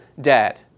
dad